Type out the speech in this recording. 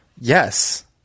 Yes